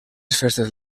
festes